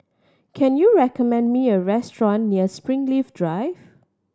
can you recommend me a restaurant near Springleaf Drive